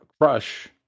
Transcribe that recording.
Crush